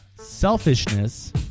selfishness